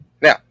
Now